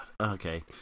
Okay